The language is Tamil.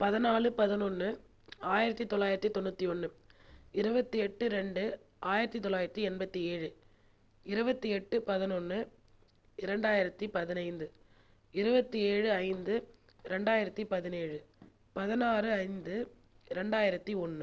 பதினாலு பதினொன்று ஆயிரத்து தொள்ளாயிரத்து தொண்ணுாற்றி ஒன்று இருபத்து எட்டு ரெண்டு ஆயிரத்து தொள்ளாயிரத்து எண்பத்து ஏழு இருபத்து எட்டு பதினொன்று இரண்டாயிரத்து பதினைந்து இருபத்து ஏழு ஐந்து ரெண்டாயிரத்து பதினேழு பதினாறு ஐந்து ரெண்டாயிரத்து ஒன்று